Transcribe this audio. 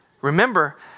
Remember